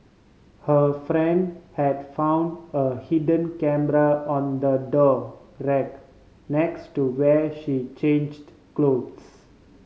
her friend had found a hidden camera on the door rack next to where she changed clothes